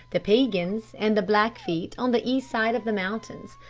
the peigans and the blackfeet on the east side of the mountains.